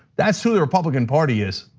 that's who the republican party is.